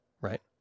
Right